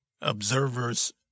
observers